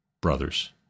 brothers